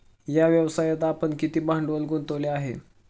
या व्यवसायात आपण किती भांडवल गुंतवले आहे?